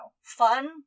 fun